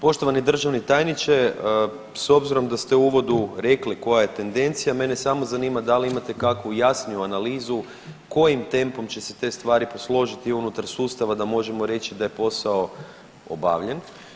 Poštovani državni tajniče s obzirom da ste u uvodu rekli koja je tendencija mene samo zanima da li imate kakvu jasniju analizu kojim tempom će se te stvari posložiti unutar sustava da možemo reći da je posao obavljen?